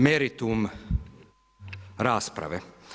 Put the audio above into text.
meritum rasprave.